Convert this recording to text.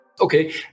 Okay